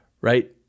right